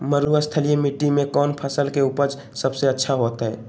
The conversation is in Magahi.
मरुस्थलीय मिट्टी मैं कौन फसल के उपज सबसे अच्छा होतय?